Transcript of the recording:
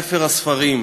ספר הספרים,